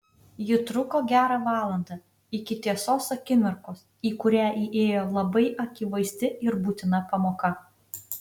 ji truko gerą valandą iki tiesos akimirkos į kurią įėjo labai akivaizdi ir būtina pamoka